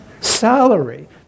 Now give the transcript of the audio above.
Salary